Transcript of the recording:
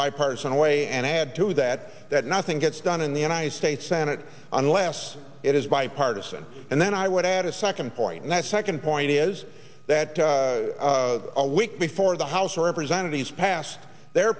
bipartisan way and add to that that nothing gets done in the united states senate unless it is bipartisan and then i would add a second point and that second point is that a week before the house of representatives passed their